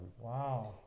Wow